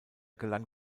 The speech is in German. gelang